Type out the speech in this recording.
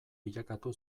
bilakatu